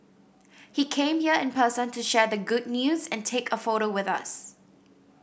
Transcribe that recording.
he came here in person to share the good news and take a photo with us